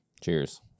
Cheers